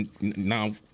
Now